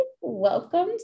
welcome